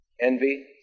envy